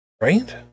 right